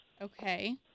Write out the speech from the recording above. okay